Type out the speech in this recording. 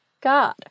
God